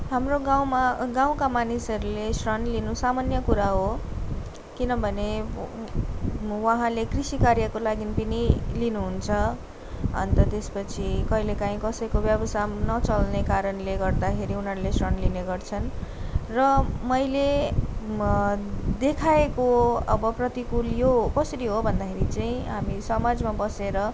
हाम्रो गाउँमा गाउँका मानिसहरूले ऋण लिनु सामान्य कुरा हो किनभने उहाँले कृषि कार्यको लागि पनि लिनुहुन्छ अन्त त्यसपछि कहिलेकाहीँ कसैको व्यवसाय पनि नचल्ने कारणले गर्दाखेरि उनीहरूले ऋण लिने गर्छन् र मैले देखाएको अब प्रतिकूल यो कसरी हो भन्दाखेरि चाहिँ हामी समाजमा बसेर